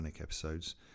episodes